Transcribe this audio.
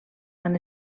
han